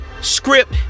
script